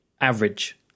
average